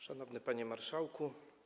Szanowny Panie Marszałku!